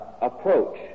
approach